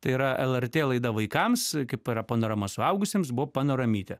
tai yra lrt laida vaikams kaip yra panorama suaugusiems buvo panoramytė